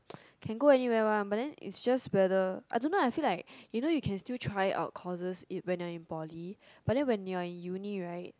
can go anyway where one but then is just whether don't know I feel like you know you can still try out courses it when you are in poly but then when you are in uni right